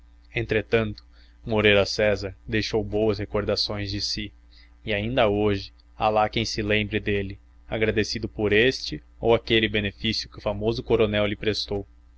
entretanto moreira césar deixou boas recordações de si e ainda hoje há lá quem se lembre dele agradecido por este ou aquele benefício que o famoso coronel lhe prestou